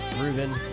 Reuben